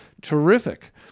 Terrific